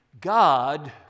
God